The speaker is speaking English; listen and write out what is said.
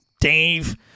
Dave